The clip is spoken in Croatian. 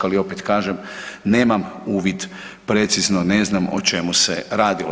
Ali opet kažem nemam uvid precizno, ne znam o čemu se radilo.